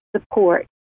support